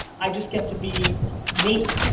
i just get to be me.